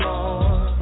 Lord